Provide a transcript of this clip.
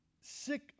sick